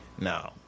No